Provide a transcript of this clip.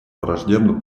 враждебно